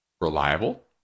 reliable